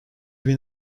bin